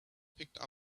picked